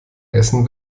essen